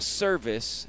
service